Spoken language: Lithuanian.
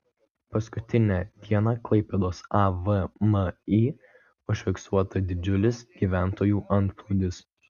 paskutinę dieną klaipėdos avmi užfiksuota didžiulis gyventojų antplūdis